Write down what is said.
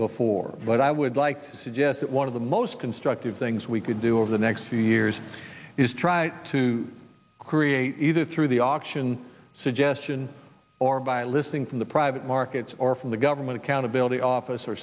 before but i would like to suggest that one of the most constructive things we could do over the next few years is try to create either through the option suggestion or by listening from the private markets or from the government